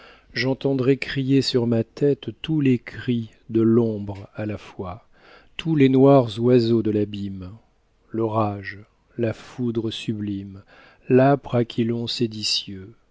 j'entendrai crier sur ma tête tous les cris de l'ombre à la fois tous les noirs oiseaux de l'abîme l'orage la foudre sublime